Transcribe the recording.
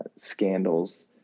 scandals